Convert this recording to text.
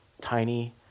tiny